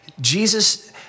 Jesus